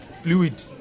fluid